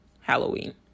Halloween